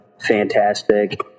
Fantastic